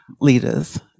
leaders